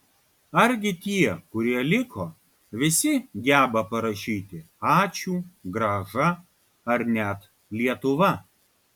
argi tie kurie liko visi geba parašyti ačiū grąža ar net lietuva